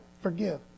Forgive